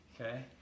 Okay